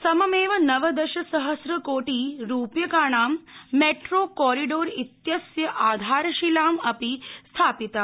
सममेव नवदश सहस्र कोटि रूप्यकाणां मैट्रो कोरिडोर इत्यस्य आधारशिला अपि स्थापिता